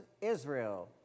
Israel